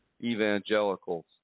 evangelicals